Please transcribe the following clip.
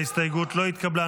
ההסתייגות לא התקבלה.